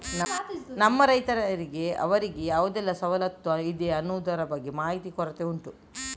ನಮ್ಮ ರೈತರಿಗೆ ಅವ್ರಿಗೆ ಯಾವುದೆಲ್ಲ ಸವಲತ್ತು ಇದೆ ಅನ್ನುದ್ರ ಬಗ್ಗೆ ಮಾಹಿತಿ ಕೊರತೆ ಉಂಟು